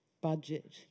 budget